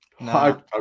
No